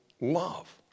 love